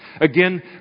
Again